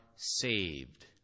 saved